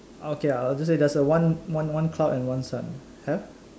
okay I'll just say there's a one one one cloud and one sun !huh!